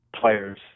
players